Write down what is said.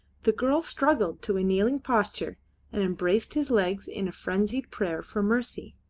the girl struggled to a kneeling posture and embraced his legs in a frenzied prayer for mercy.